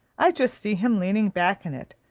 i just see him leaning back in it,